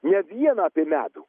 ne vien apie medų